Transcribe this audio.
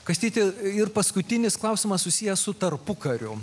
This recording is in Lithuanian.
kastyti ir paskutinis klausimas susijęs su tarpukariu